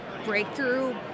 breakthrough